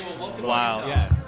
wow